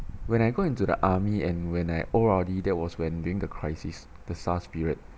when I go into the army and when I O_R_D that was when during the crisis the S_A_R_S period